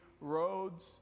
roads